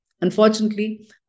Unfortunately